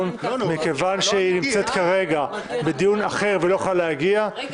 הסביבה בדבר טענת נושא חדש בהצעת חוק הכניסה לישראל לא יידון היום.